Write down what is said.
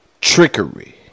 trickery